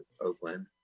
Oakland